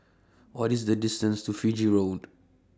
What IS The distance to Fiji Road